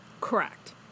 correct